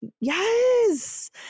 Yes